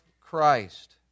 Christ